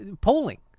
polling